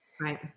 Right